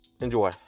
Enjoy